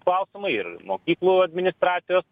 klausimai ir mokyklų administracijos